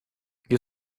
you